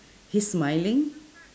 he's smiling